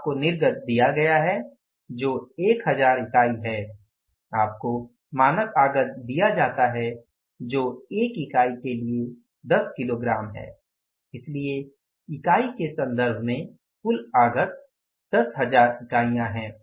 आपको निर्गत दिया गया है जो 1000 इकाई है आपको मानक आगत दिया जाता है जो 1 इकाई के लिए 10 किग्रा है इसलिए इकाई के संदर्भ में कुल आगत 10000 इकाई है